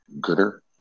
gooder